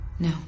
No